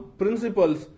principles